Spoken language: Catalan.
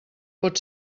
pot